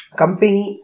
company